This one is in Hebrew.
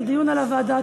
הדיון על הוועדה,